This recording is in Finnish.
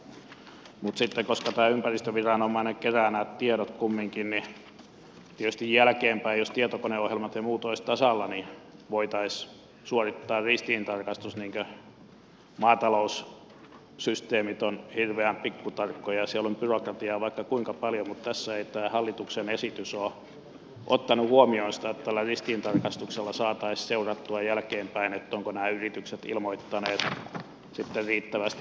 mutta sitten koska tämä ympäristöviranomainen kerää nämä tiedot kumminkin tietysti jälkeenpäin jos tietokoneohjelmat ja muut olisivat ajan tasalla voitaisiin suorittaa ristiintarkastus niin kuin maataloussysteemit ovat hirveän pikkutarkkoja siellä on byrokratiaa vaikka kuinka paljon mutta tässä ei tämä hallituksen esitys ole ottanut huomioon sitä että tällä ristiintarkastuksella saataisiin seurattua jälkeenpäin ovatko nämä yritykset ilmoittaneet sitten riittävästi